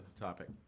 topic